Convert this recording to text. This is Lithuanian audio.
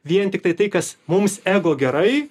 vien tiktai tai kas mums ego gerai